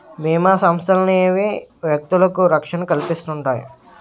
బీమా సంస్థలనేవి వ్యక్తులకు రక్షణ కల్పిస్తుంటాయి